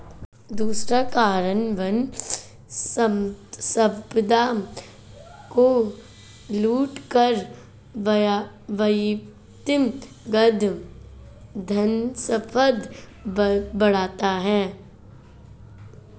दूसरा कारण वन संपदा को लूट कर व्यक्तिगत धनसंपदा बढ़ाना है